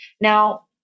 Now